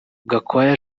gakwaya